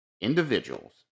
individuals